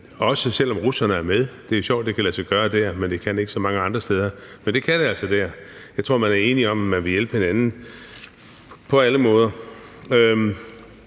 også selv om russerne er med. Det er sjovt, det kan lade sig gøre der. Det kan det ikke så mange andre steder, men det kan det altså der. Jeg tror, man er enige om, at man vil hjælpe hinanden på alle måder.